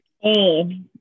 Hey